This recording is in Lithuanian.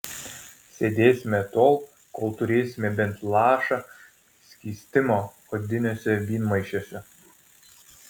sėdėsime tol kol turėsime bent lašą skystimo odiniuose vynmaišiuose